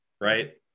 right